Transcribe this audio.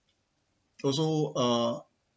also uh